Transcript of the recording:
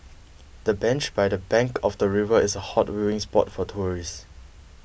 the bench by the bank of the river is a hot viewing spot for tourists